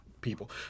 people